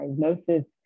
diagnosis